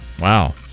Wow